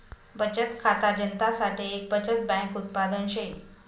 बचत खाता जनता साठे एक बचत बैंक उत्पादन शे